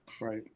Right